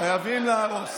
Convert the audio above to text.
חייבים להרוס